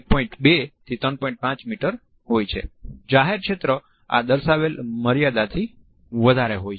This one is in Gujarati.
5 મીટર હોય છે જાહેર ક્ષેત્ર આ દર્શાવેલ મર્યાદાથી વધારે હોય છે